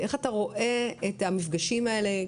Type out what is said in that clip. איך אתה רואה את המפגשים האלה?